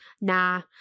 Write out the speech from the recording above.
Nah